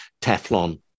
Teflon